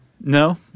No